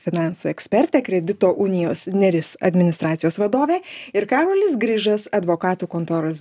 finansų ekspertė kredito unijos neris administracijos vadovė ir karolis grižas advokatų kontoros